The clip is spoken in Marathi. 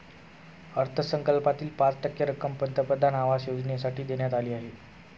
अर्थसंकल्पातील पाच टक्के रक्कम पंतप्रधान आवास योजनेसाठी देण्यात आली आहे